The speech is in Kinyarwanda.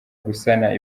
gusana